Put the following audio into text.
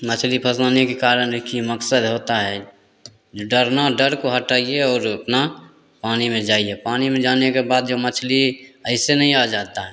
मछ्ली फसवाने के कारण एक ही मकसद होता है जो डरना डर को हटाइए और अपना पानी में जाइए पानी में जाने के बाद जो मछली ऐसे नहीं आ जाता है